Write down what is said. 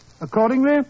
Accordingly